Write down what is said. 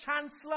Chancellor